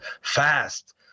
fast